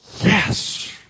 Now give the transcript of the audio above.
Yes